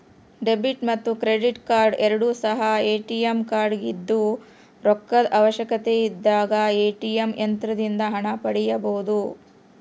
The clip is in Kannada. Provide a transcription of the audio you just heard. ಡೆಬಿಟ್ ಮತ್ತು ಕ್ರೆಡಿಟ್ ಕಾರ್ಡ್ ಎರಡು ಸಹ ಎ.ಟಿ.ಎಂ ಕಾರ್ಡಾಗಿದ್ದು ರೊಕ್ಕದ ಅವಶ್ಯಕತೆಯಿದ್ದಾಗ ಎ.ಟಿ.ಎಂ ಯಂತ್ರದಿಂದ ಹಣ ಪಡೆಯಬೊದು